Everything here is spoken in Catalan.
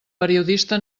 periodista